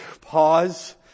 pause